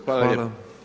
Hvala lijepo.